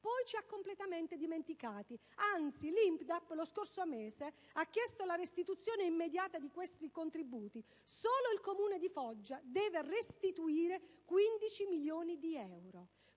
poi ci ha completamente dimenticati. Anzi, l'INPDAP lo scorso mese ha chiesto la restituzione immediata di questi contributi, e solo il Comune di Foggia deve restituire 15 milioni di euro.